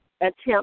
attempt